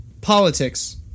politics